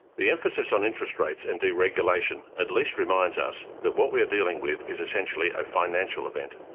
the emphasis on interest rates and deregulation at least reminds us that what we are dealing with is essentially a financial event.